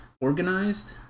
organized